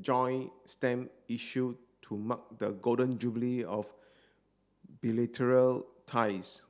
joint stamp issue to mark the Golden Jubilee of ties